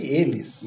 eles